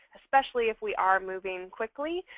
especially if we are moving quickly,